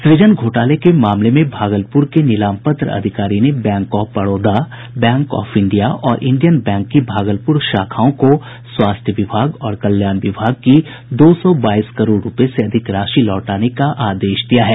सूजन घोटाले के मामले में भागलपुर के नीलाम पत्र अधिकारी ने Bank of Baroda Bank of India और इंडियन बैंक की भागलपुर शाखाओं को स्वास्थ्य विभाग और कल्याण विभाग की दो सौ बाईस करोड़ रूपये से अधिक राशि लौटाने का आदेश दिया है